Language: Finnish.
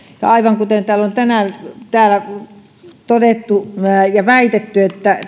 ja kun täällä on tänään todettu ja väitetty että